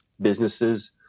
businesses